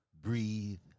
breathe